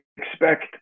expect